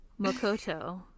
Makoto